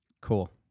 Cool